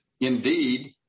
Indeed